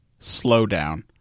slowdown